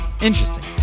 Interesting